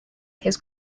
his